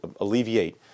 alleviate